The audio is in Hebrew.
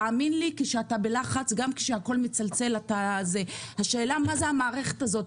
תאמין לי כשאתה בלחץ גם כשהכול מצלצל אתה השאלה מה זה המערכת הזאת,